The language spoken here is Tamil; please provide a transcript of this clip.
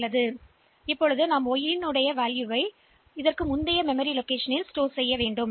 அடுத்து இப்போது y இன் மதிப்பை முந்தைய நினைவக இடத்திற்கு சேமிக்க வேண்டும்